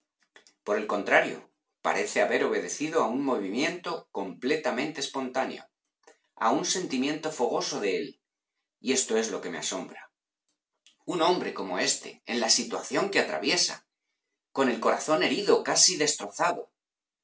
por el contrario parece haber obedecido a un movimiento completamente espontáneo a un sentimiento fogoso de él y esto es lo que me asombra un hombre como éste en la situación que atraviesa con el corazón herido casi destrozado